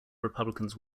republicans